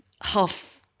half